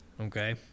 Okay